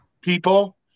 people